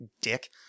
Dick